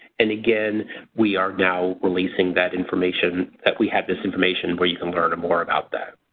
and again we are now releasing that information that we have this information where you can learn more about that.